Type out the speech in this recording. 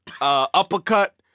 uppercut